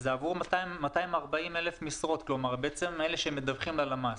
זה עבור 240,000 משרות, אלה שמדווחים ללמ"ס.